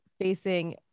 facing